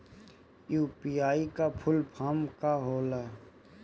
UPI का full form का होला?